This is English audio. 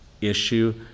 issue